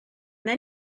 then